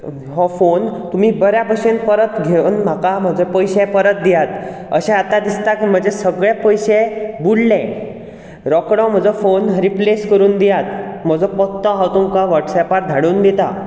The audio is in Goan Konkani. हो फोन तुमी बऱ्या भशेन परत घेवन म्हाका म्हाजे पयशे परत दियात अशेंआतां दिसता की म्हजे सगळे पयशे बुडले रोखडो म्हजो फोन रिप्लेस करून दियात म्हजो पत्तो हांव तुमकां वॉट्सऍपार धाडून दितां